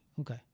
Okay